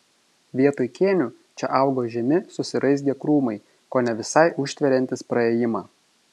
vietoj kėnių čia augo žemi susiraizgę krūmai kone visai užtveriantys praėjimą